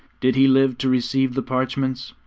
did he live to receive the parchments?